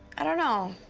i don't know.